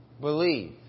believe